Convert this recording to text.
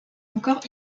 encore